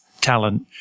talent